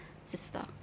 sister